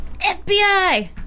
FBI